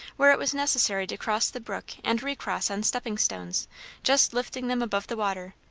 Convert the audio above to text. where it was necessary to cross the brook and recross on stepping stones just lifting them above the water,